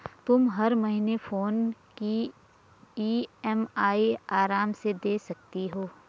तुम हर महीने फोन की ई.एम.आई आराम से दे सकती हो